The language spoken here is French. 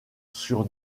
sur